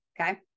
Okay